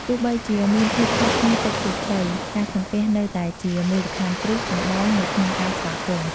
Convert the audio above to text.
ទោះបីជាមានភាពខុសគ្នាតិចតួចក្ដី ការសំពះនៅតែជាមូលដ្ឋានគ្រឹះចម្បងនៅក្នុងការស្វាគមន៍។